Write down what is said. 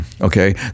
okay